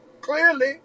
Clearly